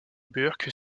burke